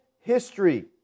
history